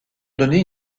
donner